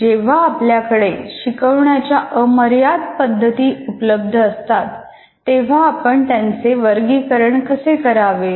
जेव्हा आपल्याकडे शिकवण्याच्या अमर्याद पद्धती उपलब्ध असतात तेव्हा आपण त्यांचे वर्गीकरण कसे करावे